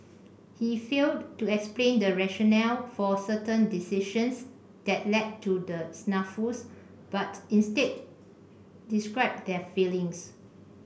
he failed to explain the rationale for certain decisions that led to the snafus but instead described their failings